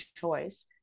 choice